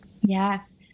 Yes